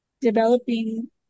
developing